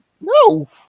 No